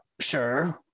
sure